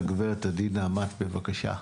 בבקשה.